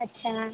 अच्छा